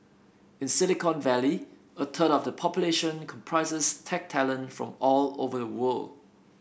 in Silicon Valley a third of the population comprises tech talent from all over the world